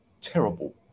terrible